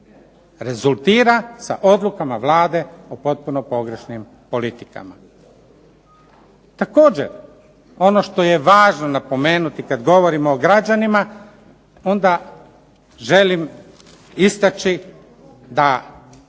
rezultira sa odlukama Vlade o potpuno pogrešnim politikama. Također, ono što je važno napomenuti kad govorimo o građanima onda želim istaći da